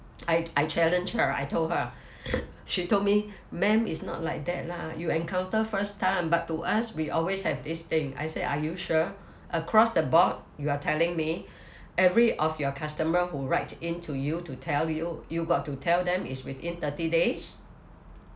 I I challenge her I told her she told me ma'am it's not like that lah you encounter first time but to us we always have this thing I said are you sure across the board you are telling me every of your customer who write in to you to tell you you've got to tell them it's within thirty days